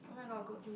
oh my god good home